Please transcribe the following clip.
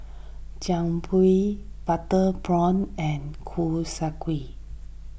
Jian Dui Butter Prawn and Kuih Kaswi